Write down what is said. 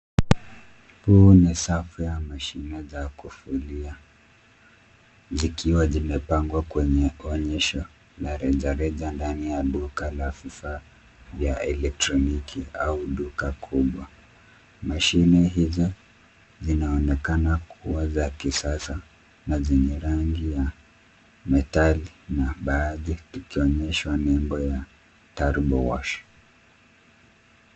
Hii ni safu ya mashine za kufuli zikiwa zimepangwa kwenye onyesho la rejareja ndani ya duka la vifaa vya elektroniki au duka kubwa. Mashine hizo zinaonekana kuwa z akisaa na zenye rangi ya metali na baadhi tukionyeshwa nembo ya turbo wash .